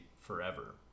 forever